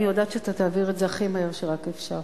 אני יודעת שאתה תעביר את זה הכי מהר שרק אפשר.